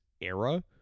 era